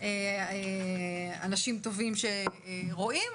אנשים טובים שרואים,